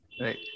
Right